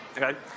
Okay